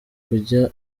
kujya